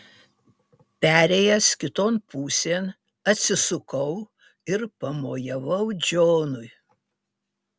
perėjęs kiton pusėn atsisukau ir pamojavau džonui